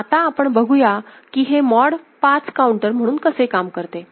आणि आता आपण बघूया की हे मॉड 5 काऊंटर म्हणून कसे काम करते